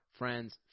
friends